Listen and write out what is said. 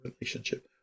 relationship